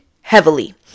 heavily